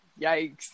Yikes